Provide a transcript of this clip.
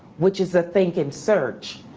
which is a think and search.